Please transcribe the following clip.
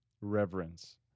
reverence